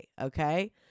Okay